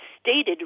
stated